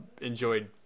enjoyed